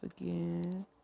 again